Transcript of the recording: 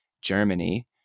Germany